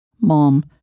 Mom